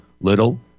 little